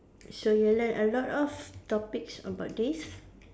so you learn a lot of topics about this